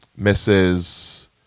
Mrs